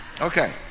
Okay